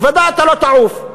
בוודאי אתה לא תעוף.